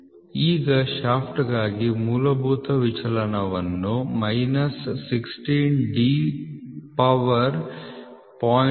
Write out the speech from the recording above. ಈಗ ಶಾಫ್ಟ್ಗಾಗಿ ಮೂಲಭೂತ ವಿಚಲನಗಳನ್ನು ಮೈನಸ್ 16D ಪವರ್ 0